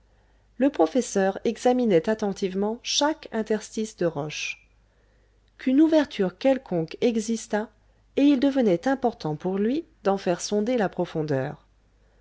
le professeur examinait attentivement chaque interstice de roche qu'une ouverture quelconque existât et il devenait important pour lui d'en faire sonder la profondeur